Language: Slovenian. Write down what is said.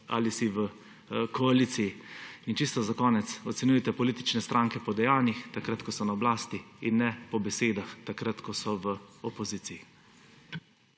ali si v koaliciji. In čisto za konec. Ocenjujte politične stranke po dejanjih, ko so na oblasti, in ne po besedah, ko so v opoziciji.